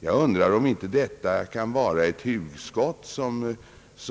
Jag undrar, om inte detta kan vara ett hugskott —